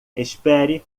espere